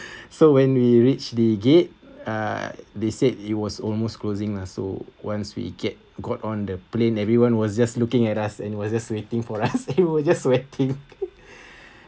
so when we reached the gate uh they said it was almost closing lah so once we get got on the plane everyone was just looking at us and was just waiting for us we were just sweating